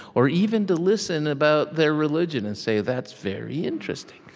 or even to listen about their religion and say, that's very interesting.